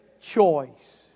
choice